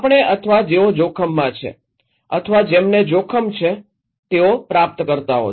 આપણે અથવા જેઓ જોખમમાં છે અથવા જેમને જોખમ છે તેઓ પ્રાપ્તકર્તાઓ છે